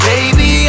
Baby